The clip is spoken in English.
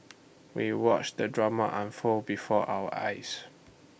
we watched the drama unfold before our eyes